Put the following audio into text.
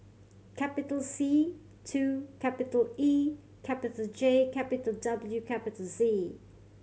capital C two capital E capital J capital W capital Z